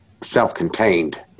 self-contained